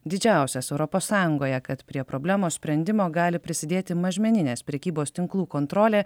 didžiausias europos sąjungoje kad prie problemos sprendimo gali prisidėti mažmeninės prekybos tinklų kontrolė